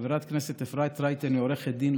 חברת הכנסת אפרת רייטן היא עורכת דין,